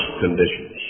conditions